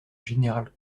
général